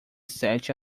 sete